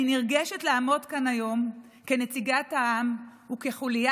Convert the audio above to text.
אני נרגשת לעמוד כאן היום כנציגת העם וכחוליה